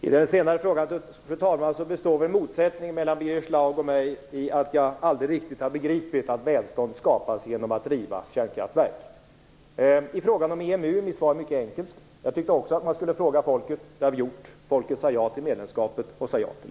Fru talman! Vad gäller den senare frågan består väl motsättningen mellan Birger Schlaug och mig i att jag aldrig riktigt har begripit att välstånd skapas genom att riva kärnkraftverk. I fråga om EMU är svaret mycket enkelt. Jag tyckte också att man skulle fråga folket. Det har vi gjort. Folket sade ja till medlemskapet och ja till